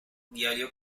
diario